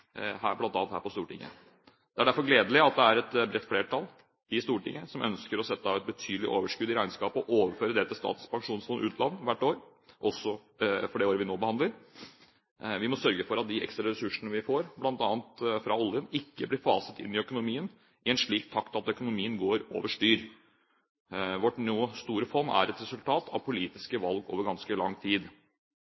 her på Stortinget. Det er derfor gledelig at det er et bredt flertall i Stortinget som ønsker å sette av et betydelig overskudd i regnskapet og overføre det til Statens pensjonsfond utland hvert år, også for det året vi nå behandler. Vi må sørge for at de ekstra ressursene vi får, bl.a. fra oljen, ikke blir faset inn i økonomien i en slik takt at økonomien går over styr. Vårt nå store fond er et resultat av